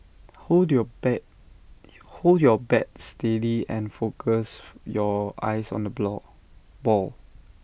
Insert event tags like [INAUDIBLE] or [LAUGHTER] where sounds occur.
hold your bat hold your bat steady and focus your eyes on the [UNINTELLIGIBLE] ball